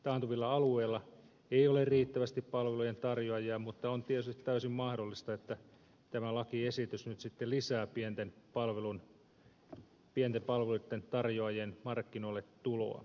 taantuvilla alueilla ei ole riittävästi palvelujen tarjoajia mutta on tietysti täysin mahdollista että tämä lakiesitys nyt sitten lisää pienten palveluntarjoajien markkinoille tuloa